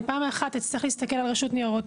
אני פעם אחת אצטרך להסתכל על הרושת לניירות